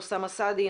אוסמה סעדי,